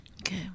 Okay